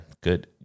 good